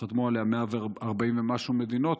שחתמו עליה 140 ומשהו מדינות,